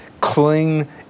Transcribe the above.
cling